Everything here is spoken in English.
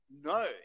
No